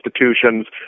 institutions